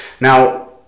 Now